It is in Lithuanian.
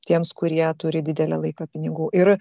tiems kurie turi didelę laiką pinigų ir